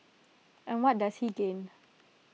and what does he gain